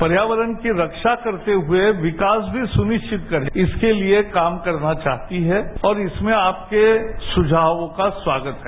पर्यावरण की रक्षा करते हए विकास भी सुनिश्चित करे इसके लिए काम करना चाहती है और इसमें आपके सुझावों का स्वागत है